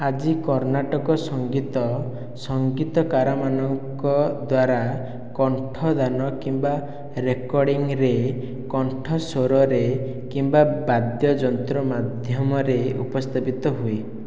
ଆଜି କର୍ଣ୍ଣାଟକ ସଂଗୀତ ସଂଗୀତକାରମାନଙ୍କ ଦ୍ୱାରା କଣ୍ଠଦାନ କିମ୍ବା ରେକର୍ଡ଼ିଂରେ କଣ୍ଠସ୍ୱରରେ କିମ୍ବା ବାଦ୍ୟଯନ୍ତ୍ର ମାଧ୍ୟମରେ ଉପସ୍ଥାପିତ ହୁଏ